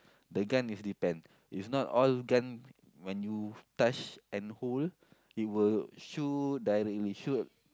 the gun is depend is not all gun when you touch and hold it will shoot directly shoot